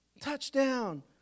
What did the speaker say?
Touchdown